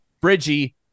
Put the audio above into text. Bridgie